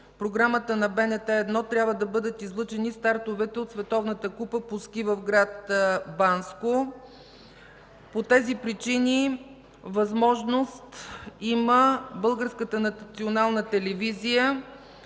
програмата на БНТ 1 трябва да бъдат излъчени стартовете от Световната купа по ски в град Банско. По тези причини възможност има